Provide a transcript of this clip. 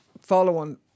following